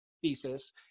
thesis